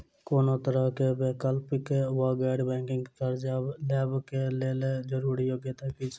कोनो तरह कऽ वैकल्पिक वा गैर बैंकिंग कर्जा लेबऽ कऽ लेल जरूरी योग्यता की छई?